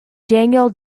daniel